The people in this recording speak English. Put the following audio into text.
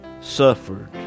suffered